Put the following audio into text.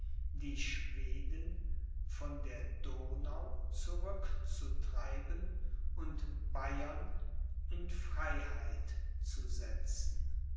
die schweden von der donau zurückzutreiben und bayern in freiheit zu setzen